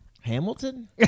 Hamilton